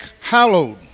hallowed